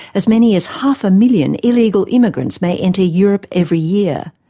as many as half a million illegal immigrants may enter europe every year.